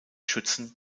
schützen